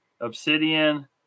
Obsidian